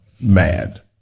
mad